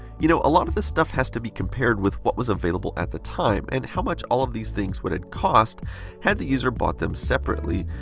you know, a lot of this stuff has to be compared with what was available at the time, and how much all of these things would have cost had the user bought them separately.